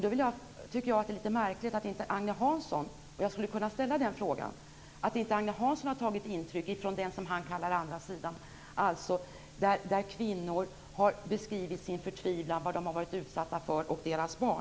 Då tycker jag att det är litet märkligt att inte Agne Hansson - jag skulle kunna ställa den frågan - har tagit intryck av det han kallar andra sidan, kvinnor som har beskrivit sin förtvivlan och vad de och deras barn har varit utsatta för.